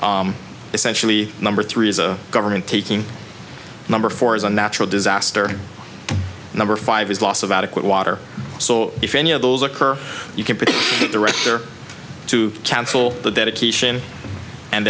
essentially number three is a government taking number four as a natural disaster number five is loss of adequate water so if any of those occur you can pretty direct or to cancel the dedication and